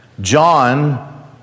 John